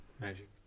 magic